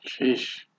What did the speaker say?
Sheesh